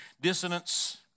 dissonance